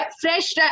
fresh